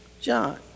John